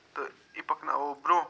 تہٕ یہِ پکناوو برٛونٛہہ